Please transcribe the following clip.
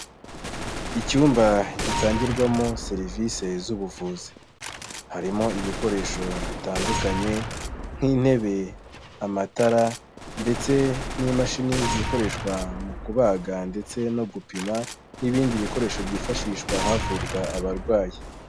Icyumba gitangirwamo serivisi z'ubuvuzi harimo ibikoresho bitandukanye nk'intebe, amatara ndetse n'imashini zikoreshwa mu kubaga ndetse no gupima n'ibindi bikoresho byifashishwa havurwa abarwayi.